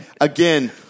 again